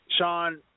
Sean